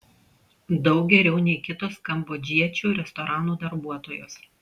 daug geriau nei kitos kambodžiečių restoranų darbuotojos